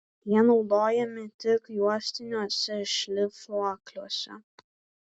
jie naudojami tik juostiniuose šlifuokliuose